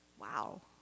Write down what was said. Wow